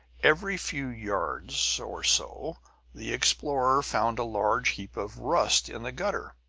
every few yards or so the explorer found a large heap of rust in the gutter,